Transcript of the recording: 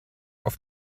auf